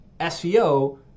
SEO